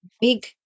big